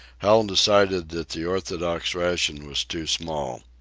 hal decided that the orthodox ration was too small.